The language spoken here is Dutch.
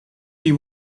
die